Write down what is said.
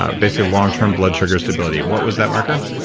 ah basically long-term blood sugar stability, what was that marker?